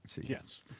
Yes